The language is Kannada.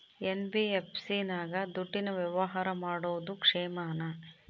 ಎನ್.ಬಿ.ಎಫ್.ಸಿ ನಾಗ ದುಡ್ಡಿನ ವ್ಯವಹಾರ ಮಾಡೋದು ಕ್ಷೇಮಾನ?